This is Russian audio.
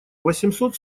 восемьсот